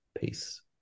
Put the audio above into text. Peace